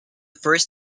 first